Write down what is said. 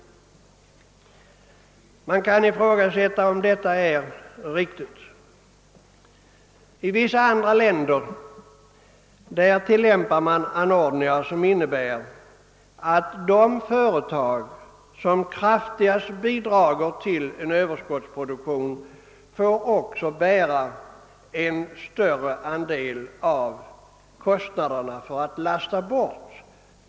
Man kan ifrågasätta om detta är riktigt. I vissa länder tillämpas bestämmelser som innebär, att de företag som kraftigast bidrar till en överskottsproduktion också får bära en större andel av kostnaderna för att klara exportförlusterna.